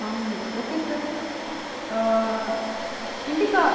omni okay sir Indica